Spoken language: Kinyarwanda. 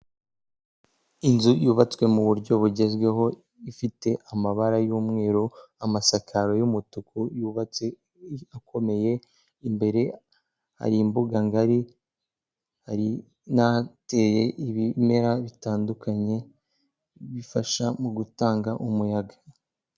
Inzu yubatswe mu buryo bugezweho ifite amabara y'umweru, amasakaro y'umutuku yubatse ikomeye, imbere hari imbuga ngari, hari n'ahateye ibimera bitandukanye, bifasha mu gutanga umuyaga.